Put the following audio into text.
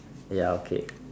ya okay